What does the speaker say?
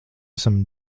esam